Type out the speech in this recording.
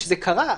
שזה קרה,